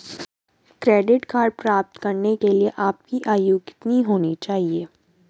Credit card प्राप्त करने के लिए आपकी आयु कितनी होनी चाहिए?